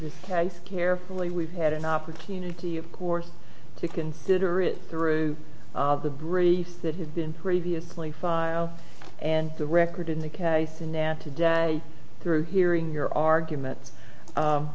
this carefully we've had an opportunity of course to consider it through the briefs that had been previously filed and the record in the case and now today through hearing your argument